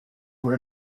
where